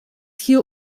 hier